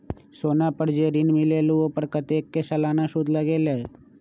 सोना पर जे ऋन मिलेलु ओपर कतेक के सालाना सुद लगेल?